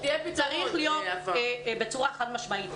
צריך להיות בצורה חד משמעית.